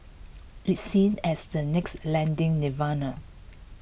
it's seen as the next lending nirvana